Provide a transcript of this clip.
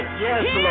yes